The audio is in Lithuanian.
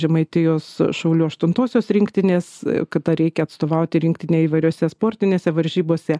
žemaitijos šaulių aštuntosios rinktinės kada reikia atstovauti rinktinei įvairiose sportinėse varžybose